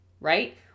right